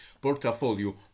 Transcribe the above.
portfolio